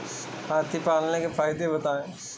हाथी पालने के फायदे बताए?